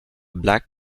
black